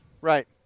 Right